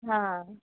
हां